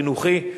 חינוכי,